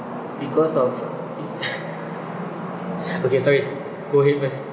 because of okay sorry go ahead first